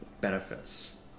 benefits